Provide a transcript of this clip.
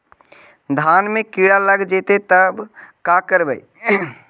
धान मे किड़ा लग जितै तब का करबइ?